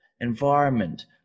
environment